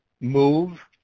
move